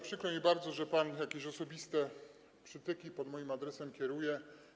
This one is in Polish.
Przykro mi bardzo, że pan jakieś osobiste przytyki pod moim adresem kieruje.